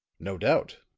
no doubt,